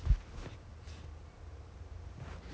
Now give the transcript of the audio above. for people who need it more